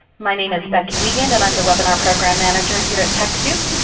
my name is becky wiegand and i am the webinar program manager here at techsoup.